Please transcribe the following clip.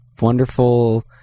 wonderful